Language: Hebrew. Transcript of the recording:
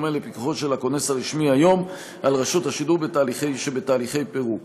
בדומה לפיקוחו של הכונס הרשמי היום על רשות השידור שבהליכי פירוק.